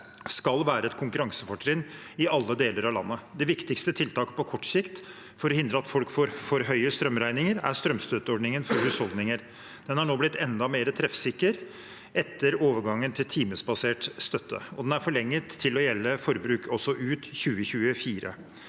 skal være et konkurransefortrinn i alle deler av landet. Det viktigste tiltaket på kort sikt for å hindre at folk får for høye strømregninger, er strømstøtteordningen til husholdninger. Den har nå blitt enda mer treffsikker etter overgangen til timesbasert støtte, og den er forlenget til å gjelde forbruk også ut 2024.